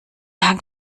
hang